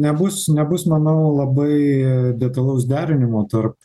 nebus nebus manau labai detalaus derinimo tarp